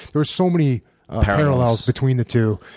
there were so many parallels between the two.